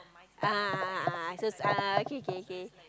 a'ah a'ah a'ah so it's a'ah okay K K